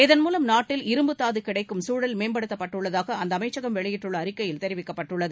இதன் மூலம் நாட்டில் இரும்புத்தாது கிடைக்கும் தூழல் மேம்பட்டுள்ளதாக அந்த அமைச்சகம் வெளியிட்டுள்ள அறிக்கையில் தெரிவிக்கப்பட்டுள்ளது